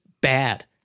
bad